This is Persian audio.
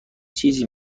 چیزی